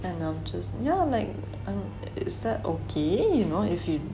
and I'm just like yeah like is that okay you know if you